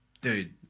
dude